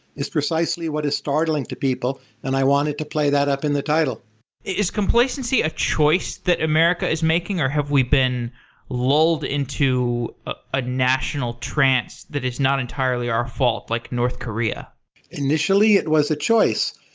is precisely what is startling to people, and i wanted to play that up in the title is complacency a choice that america is making, or have we been lolled into ah a national trance that is not entirely our fault, like north korea initially, it was a choice.